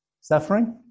suffering